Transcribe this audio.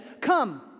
Come